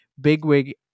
bigwig